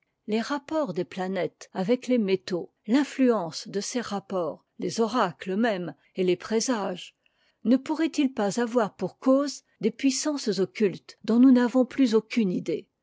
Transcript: les rapports des planètes avec les métaux l'influence de ces rapports les oracles même et les présages ne pourraientils pas avoir pour cause des puissances occultes dont nous n'avons plus aucune idée